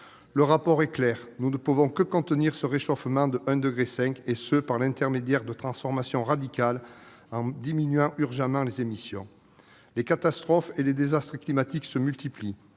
Le rapport est clair : nous ne pouvons contenir ce réchauffement à 1,5 degré que par des transformations radicales, en diminuant urgemment les émissions. Les catastrophes et les désastres climatiques se multiplient.